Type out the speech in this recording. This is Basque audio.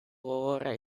gogorra